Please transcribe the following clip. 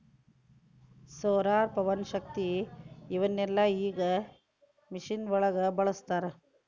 solar, ಪವನಶಕ್ತಿ ಇವನ್ನೆಲ್ಲಾ ಈಗ ಮಿಷನ್ ಒಳಗ ಬಳಸತಾರ